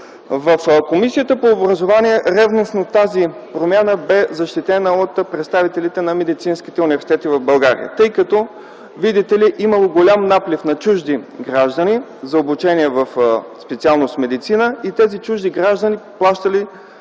В Комисията по образованието тази промяна беше ревностно защитена от представителите на медицинските университети в България, тъй като, видите ли, имало голям наплив на чужди граждани за обучение в специалност „Медицина” и тези чужди граждани плащали